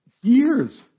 years